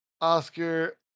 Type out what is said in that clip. Oscar